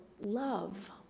love